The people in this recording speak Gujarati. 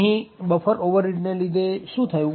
અહીં બફર ઓવરરીડ ને લીધે શું થયું